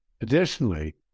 Additionally